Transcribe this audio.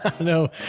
No